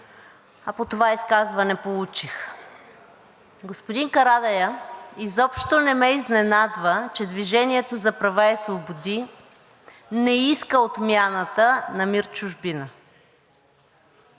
ли по това изказване получих. Господин Карадайъ, изобщо не ме изненадва, че „Движение за права и свободи“ не иска отмяната на МИР „Чужбина“.